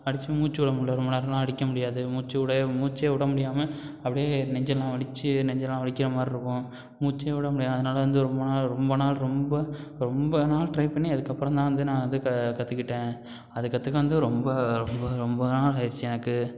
அடித்து மூச்சு விட முடில்ல ரொம்ப நேரமெலாம் அடிக்க முடியாது மூச்சு விடையே மூச்சே விட முடியாமல் அப்படியே நெஞ்செல்லாம் வலிச்சி நெஞ்செல்லாம் வலிக்கிற மாரி இருக்கும் மூச்சே விட முடியாது அதனால வந்து ரொம்ப நாள் ரொம்ப நாள் ரொம்ப ரொம்ப நாள் ட்ரை பண்ணி அதுக்கப்புறம் தான் வந்து நான் வந்து க கற்றுக்கிட்டேன் அது கற்றுக்க வந்து ரொம்ப ரொம்ப ரொம்ப நாள் ஆயிடுச்சு எனக்கு